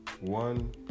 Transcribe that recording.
one